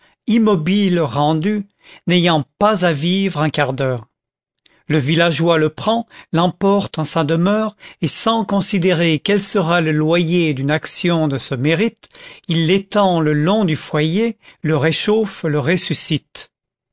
sans considérer quel sera le loyer d'une action de ce mérite il l'étcnd le long du foyer le réchauffe le ressuscite